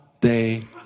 day